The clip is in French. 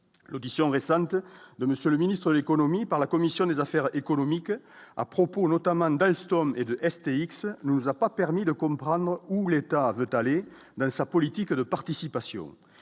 l'audition récente de monsieur le ministre de l'économie par la commission des affaires économiques à propos notamment d'Alstom et de STX nous a pas permis de comprendre où l'État veut aller, mais sa politique de participation,